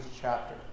chapter